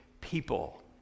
people